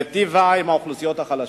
שמיטיבה עם האוכלוסיות החלשות.